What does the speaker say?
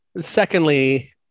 Secondly